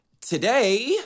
Today